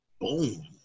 Boom